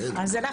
אז,